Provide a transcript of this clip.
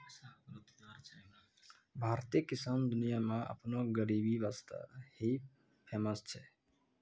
भारतीय किसान दुनिया मॅ आपनो गरीबी वास्तॅ ही फेमस छै